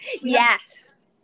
Yes